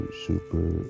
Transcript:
super